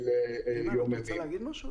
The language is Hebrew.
אני מבקש לקצר כדי שכולם יספיקו